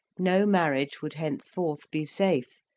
no marriage would henceforth be safe,